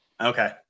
Okay